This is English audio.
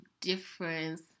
difference